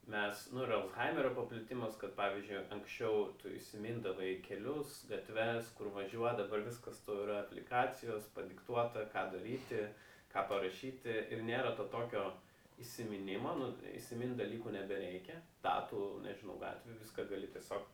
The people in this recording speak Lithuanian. mes nu ir alzhaimerio paplitimas kad pavyzdžiui anksčiau tu įsimindavai kelius gatves kur važiuot dabar viskas tau yra aplikacijos padiktuota ką daryti ką parašyti ir nėra to tokio įsiminimo nu įsimint dalykų nebereikia datų nežinau gatvių viską gali tiesiog